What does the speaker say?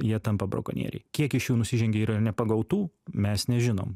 jie tampa brakonieriai kiek iš jų nusižengia yra nepagautų mes nežinom